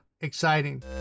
exciting